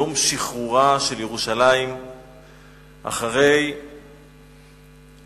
יום שחרורה של ירושלים אחרי כמעט